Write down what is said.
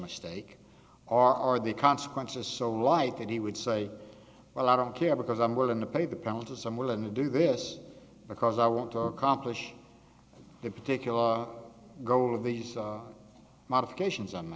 mistake or are the consequences so light that he would say well i don't care because i'm willing to pay the penalties i'm willing to do this because i want to accomplish the particular goal of these modifications on